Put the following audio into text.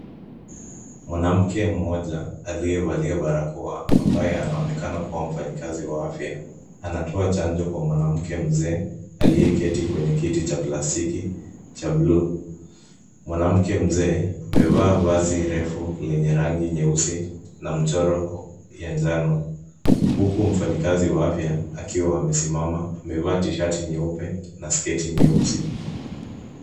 Mwanamke mmoja aliyevalia barakoa ambaye anaonekana kuwa mfanyukazi wa afya anatoa chanjo kwa mwanamke mzee aliyeketi kwenye kiti cha plastiki cha buluu. Mwanamke mzee amevaa vazi refu yenye rangi nyeusi na mchoro ya njano ,huku mfanyikazi wa afya akiwa amesimama amevaa t-shirt nyeupe na sketi nyeusi.